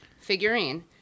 figurine